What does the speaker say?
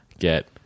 Get